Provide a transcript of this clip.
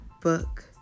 book